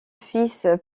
fils